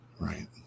Right